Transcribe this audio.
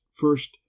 first